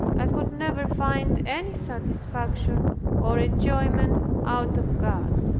i could never find any satisfaction or enjoyment out of god.